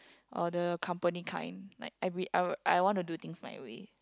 or the company kind like I I I wanna do things my way